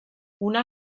una